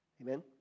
Amen